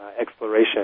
exploration